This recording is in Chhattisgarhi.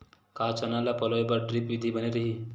का चना ल पलोय बर ड्रिप विधी बने रही?